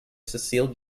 cecil